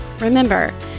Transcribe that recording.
Remember